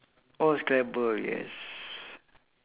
oh scrabble yes